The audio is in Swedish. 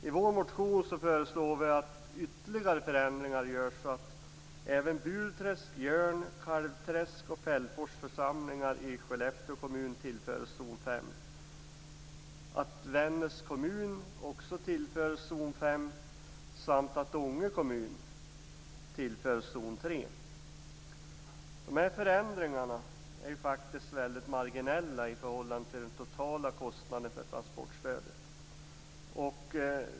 I vår motion föreslår vi att ytterligare förändringar görs så att även Burträsk, De här förändringarna är marginella i förhållande till den totala kostnaden för transportstödet.